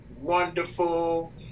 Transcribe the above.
Wonderful